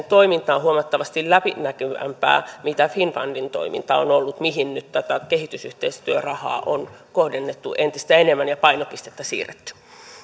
toiminta on huomattavasti läpinäkyvämpää kuin mitä finnfundin toiminta on ollut mihin nyt tätä kehitysyhteistyörahaa on kohdennettu entistä enemmän ja painopistettä siirretty